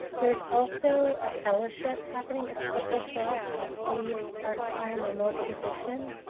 there's also a fellowship happening at split this rock, a paid part-time, remote position.